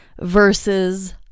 versus